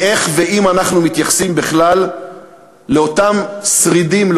איך ואם אנחנו מתייחסים בכלל לאותם שרידים,